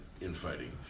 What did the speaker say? infighting